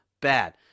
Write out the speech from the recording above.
bad